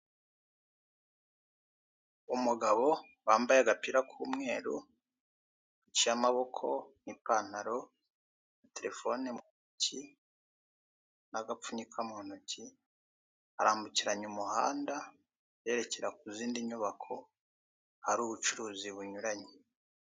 Umugabo wambaye agapira k'umweru gaciye amaboko n'ipantaro na terefone mu ntoki n'agapfunyika mu ntoki, arambukiranya umuhanda yerekera ku zindi nyubako ahari ubucuruzi bunyuranye.